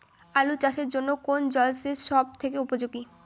আলু চাষের জন্য কোন জল সেচ সব থেকে উপযোগী?